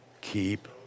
Keep